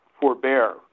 forbear